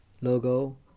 logo